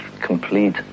complete